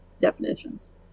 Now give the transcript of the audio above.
definitions